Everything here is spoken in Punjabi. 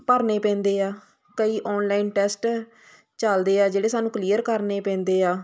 ਭਰਨੇ ਪੈਂਦੇ ਆ ਕਈ ਓਨਲਾਈਨ ਟੈਸਟ ਚਲਦੇ ਆ ਜਿਹੜੇ ਸਾਨੂੰ ਕਲੀਅਰ ਕਰਨੇ ਪੈਂਦੇ ਆ